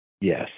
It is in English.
Yes